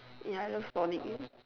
ya I love sonic eh